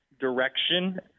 direction